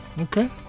Okay